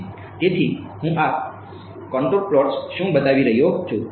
તેથી હું આ કોન્ટૂર પ્લોટ્સ શું બતાવી રહ્યો છું